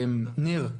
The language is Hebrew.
ניר,